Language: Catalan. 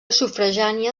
sufragània